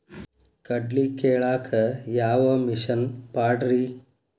ಕಡ್ಲಿ ಕೇಳಾಕ ಯಾವ ಮಿಷನ್ ಪಾಡ್ರಿ?